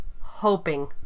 hoping